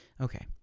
Okay